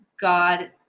God